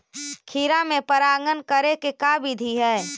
खिरा मे परागण करे के का बिधि है?